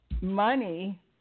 money